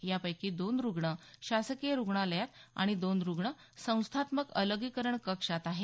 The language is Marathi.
यापैकी दोन रुग्ण शासकीय रुग्णालयात आणि दोन रुग्ण संस्थात्मक अलगीकरण कक्षात आहेत